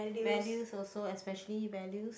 values also especially values